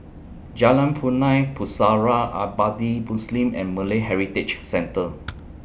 Jalan Punai Pusara Abadi Muslim and Malay Heritage Centre